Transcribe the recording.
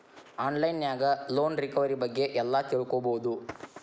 on line ನ್ಯಾಗ loan recovery ಬಗ್ಗೆ ಎಲ್ಲಾ ತಿಳ್ಕೊಬೊದು